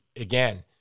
again